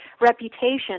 reputation